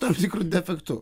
tam tikru defektu